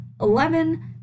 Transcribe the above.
Eleven